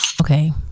okay